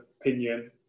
opinion